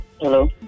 Hello